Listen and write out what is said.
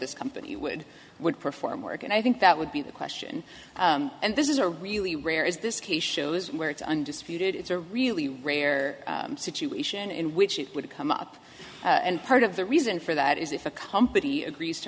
this company would would perform work and i think that would be the question and this is a really rare is this case shows where it's undisputed it's a really rare situation in which it would come up and part of the reason for that is if a company agrees to